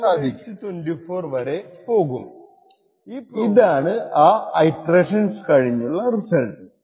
ഈ പ്രോഗ്രാം 2 24 വരെ പോകും ഇതാണ് ആ ഇറ്ററേഷൻസ് കഴിഞ്ഞുള്ള റിസൾട്ട്